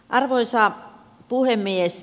arvoisa puhemies